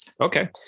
Okay